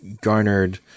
garnered